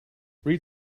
read